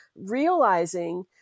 realizing